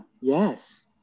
Yes